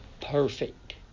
perfect